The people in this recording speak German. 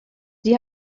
sie